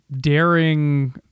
daring